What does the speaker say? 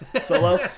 solo